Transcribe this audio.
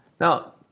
Now